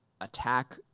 attack